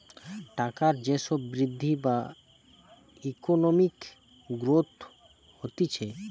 টাকার যে সব বৃদ্ধি বা ইকোনমিক গ্রোথ হতিছে